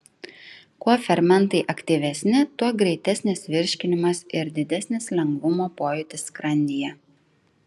kuo fermentai aktyvesni tuo greitesnis virškinimas ir didesnis lengvumo pojūtis skrandyje